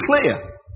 clear